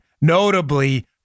notably